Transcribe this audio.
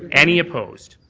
any opposed.